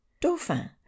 dauphin